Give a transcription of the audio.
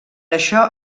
això